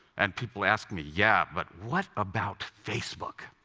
and people ask me, yeah, but what about facebook?